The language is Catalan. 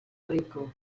rico